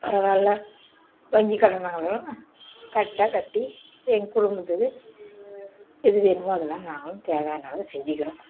பரவால்ல வங்கிக் கடன் வாங்கறோம் கரெட்டாக கட்டி எங்கக் குடும்பத்துக்கு எது வேணுமோ அதெலாம் நாங்களும் தேவையான அளவு செஞ்சுக்கிறோம்